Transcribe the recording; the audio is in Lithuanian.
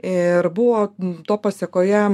ir buvo to pasekoje